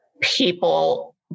people